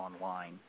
online